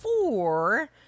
four